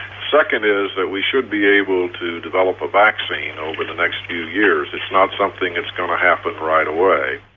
second is that we should be able to develop a vaccine over the next few years it's not something that's going to happen right away.